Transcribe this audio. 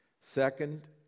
Second